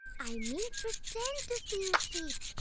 i mean pretend to steal sheep.